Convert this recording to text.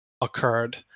occurred